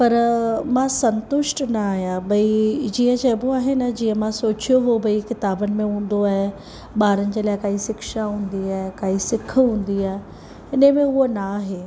पर मां संतुष्ट न आहियां भई जीअं चइबो आहे न जीअं मां सोचियो हुओ भई किताबनि में हूंदो आहे ॿारनि जे लाइ काई शिक्षा हूंदी आहे काई सिख हूंदी आहे इन में उहा न आहे